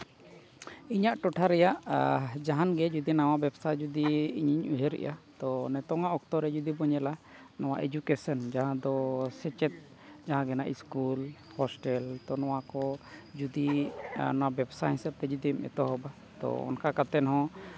ᱤᱧᱟᱹᱜ ᱴᱚᱴᱷᱟ ᱨᱮᱭᱟᱜ ᱡᱟᱦᱟᱱ ᱜᱮ ᱡᱩᱫᱤ ᱱᱟᱣᱟ ᱵᱮᱵᱽᱥᱟ ᱡᱩᱫᱤ ᱤᱧᱤᱧ ᱩᱭᱦᱟᱹᱨᱮᱜᱼᱟ ᱛᱳ ᱱᱤᱛᱚᱜ ᱟᱜ ᱚᱠᱛᱚ ᱨᱮ ᱡᱩᱫᱤ ᱵᱚᱱ ᱧᱮᱞᱟ ᱱᱚᱣᱟ ᱮᱰᱩᱠᱮᱥᱮᱱ ᱡᱟᱦᱟᱸ ᱫᱚ ᱥᱮᱪᱮᱫ ᱡᱟᱦᱟᱸ ᱜᱮ ᱦᱟᱸᱜ ᱥᱠᱩᱞ ᱦᱳᱥᱴᱮᱞ ᱛᱚ ᱱᱚᱣᱟ ᱠᱚ ᱡᱩᱫᱤ ᱚᱱᱟ ᱵᱮᱵᱽᱥᱟ ᱦᱤᱥᱟᱹᱵ ᱛᱮ ᱡᱩᱫᱤᱢ ᱮᱛᱚᱦᱚᱵᱟ ᱛᱳ ᱚᱱᱠᱟ ᱠᱟᱛᱮ ᱦᱚᱸ